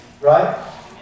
Right